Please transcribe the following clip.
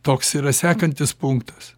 toks yra sekantis punktas